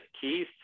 Keith